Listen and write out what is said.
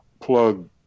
plug